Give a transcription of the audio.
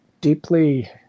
deeply